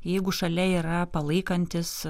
jeigu šalia yra palaikantis